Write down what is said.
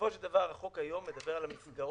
בסופו של דבר, החוק כיום מדבר על המסגרות